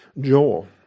Joel